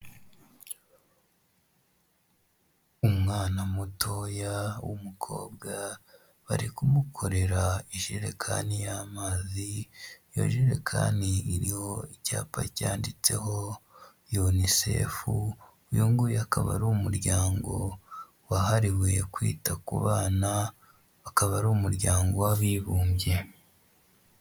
Umwana mutoya w'umukobwa bari kumukorera ijerekani y'amazi yajerekani iriho icyapa cyanyanditseho yunisefu, uyu nguyu akaba ari umuryango wahariwe kwita ku bana, akaba ari umuryango w'abibumbye.